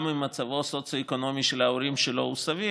גם אם המצב הסוציו-אקונומי של ההורים שלו הוא סביר,